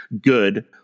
good